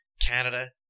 Canada